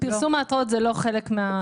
פרסום ההתראות זה לא חלק מהתבנית.